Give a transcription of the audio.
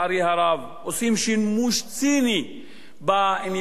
עושים שימוש ציני בעניין הפלסטיני.